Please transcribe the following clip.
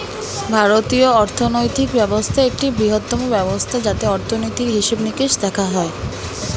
ভারতীয় অর্থনৈতিক ব্যবস্থা একটি বৃহত্তম ব্যবস্থা যাতে অর্থনীতির হিসেবে নিকেশ দেখা হয়